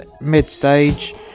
mid-stage